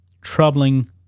troubling